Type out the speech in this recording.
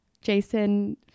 Jason